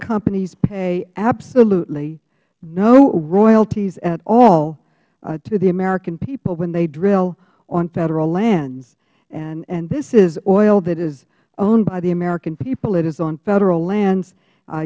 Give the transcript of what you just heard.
companies pay absolutely no royalties at all to the american people when they drill on federal lands and this is oil that is owned by the american people it is on federal lands u